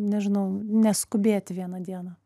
nežinau neskubėti vieną dieną